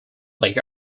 lake